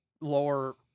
lower